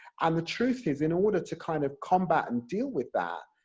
and the truth is, in order to kind of combat and deal with that,